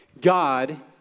God